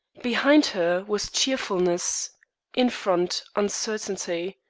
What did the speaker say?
behind her was cheerfulness in front uncertainty.